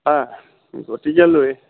হা গতিকে লৈ